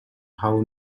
how